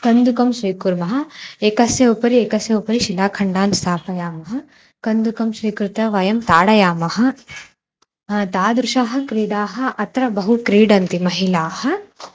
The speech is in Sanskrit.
कन्दुकं स्वीकुर्मः एकस्य उपरि एकस्य उपरि शिलाखण्डान् स्थापयामः कन्दुकं स्वीकृत्य वयं ताडयामः तादृश्यः क्रीडाः अत्र बहु क्रीडन्ति महिलाः